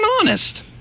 honest